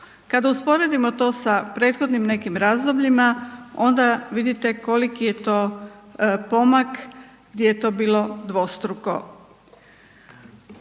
Kada usporedimo to sa prethodnim nekim razdobljima onda vidite koliki je to pomak gdje je to bilo dvostruko.